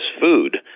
food